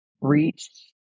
reached